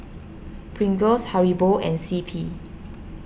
Pringles Haribo and C P